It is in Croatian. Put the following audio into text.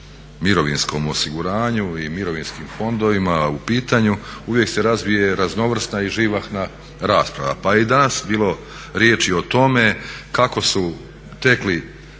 mirovinskom osiguranju i mirovinskim fondovima u pitanju uvijek se razvije raznovrsna i živahna rasprava. Pa je i danas bilo riječi o tome kako je teklo